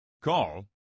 call